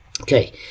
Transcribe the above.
Okay